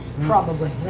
probably,